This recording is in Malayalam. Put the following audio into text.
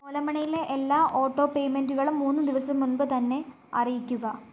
ഓല മണിയിലെ എല്ലാ ഓട്ടോപേയ്മെൻ്റുകളും മൂന്ന് ദിവസം മുമ്പ് തന്നെ അറിയിക്കുക